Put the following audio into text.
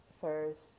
first